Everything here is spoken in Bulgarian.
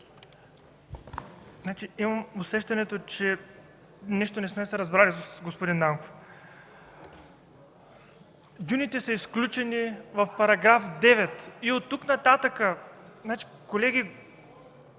Имам усещането, че нещо не сме се разбрали, господин Нанков. Дюните са изключени в § 9 и от тук нататък, колеги,